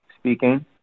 speaking